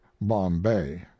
Bombay